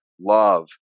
love